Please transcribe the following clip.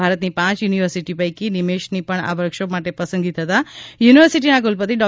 ભારતની પાંચ યુનિવર્સિટીઓ પૈકી નિમેષની પણ આ વર્કશોપ માટે પસંદગી થતાં થતા યુનિવર્સિટીના કુલપતિ ડો